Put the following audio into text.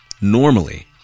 normally